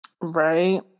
Right